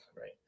right